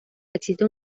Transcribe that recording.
existe